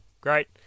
Great